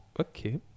okay